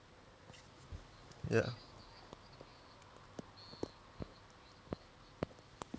ya